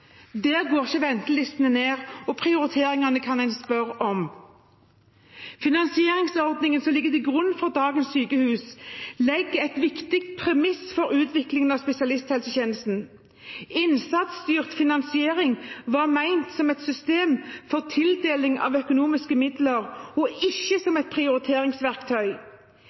Der går ikke ventelistene ned, og prioriteringene kan en spørre om. Finansieringsordningen som ligger til grunn for dagens sykehus, legger et viktig premiss for utviklingen av spesialisthelsetjenesten. Innsatsstyrt finansiering var ment som et system for tildeling av økonomiske midler, og ikke som et prioriteringsverktøy.